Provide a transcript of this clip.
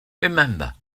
remember